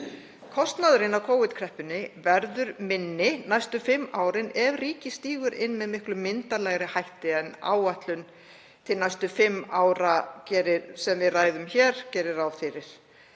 Kostnaðurinn af Covid-kreppunni verður minni næstu fimm árin ef ríkið stígur inn með miklu myndarlegri hætti en áætlun til næstu fimm ára, sem við ræðum hér, gerir ráð fyrir